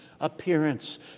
appearance